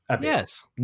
Yes